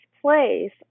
place